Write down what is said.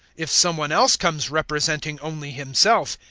if some one else comes representing only himself,